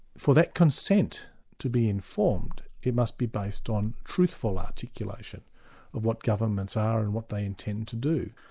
for that consent to be informed, it must be based on truthful articulation of what governments are and what they intend to do.